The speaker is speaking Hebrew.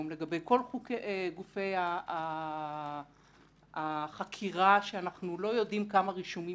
לגבי כל גופי החקירה שאנחנו לא יודעים כמה רישומים